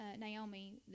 Naomi